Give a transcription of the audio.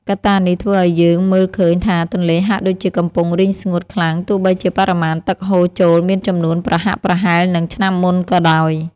កត្តានេះធ្វើឱ្យយើងមើលឃើញថាទន្លេហាក់ដូចជាកំពុងរីងស្ងួតខ្លាំងទោះបីជាបរិមាណទឹកហូរចូលមានចំនួនប្រហាក់ប្រហែលនឹងឆ្នាំមុនក៏ដោយ។